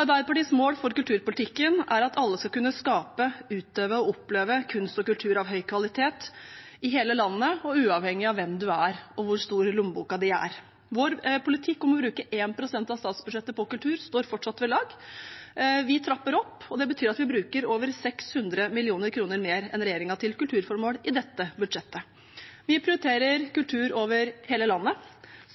Arbeiderpartiets mål for kulturpolitikken er at alle skal kunne skape, utøve og oppleve kunst og kultur av høy kvalitet – i hele landet og uavhengig av hvem en er, og hvor stor lommeboken er. Vår politikk om å bruke 1 pst. av statsbudsjettet på kultur står fortsatt ved lag. Vi trapper opp, og det betyr at vi bruker over 600 mill. kr mer enn regjeringen til kulturformål i dette budsjettet. Vi prioriterer kultur over hele landet,